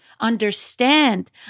understand